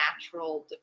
natural